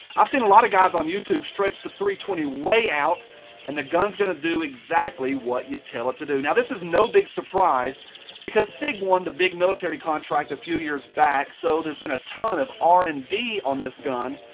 i've seen a lot of guys on youtube stretch the three hundred and twenty way out and the gun's gonna do exactly what you tell it to do. now this is no big surprise because sig won the big military contract a few years back so there's been a ton of r and d on this gun.